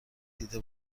دیده